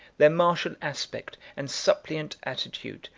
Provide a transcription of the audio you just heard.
their martial aspect, and suppliant attitude,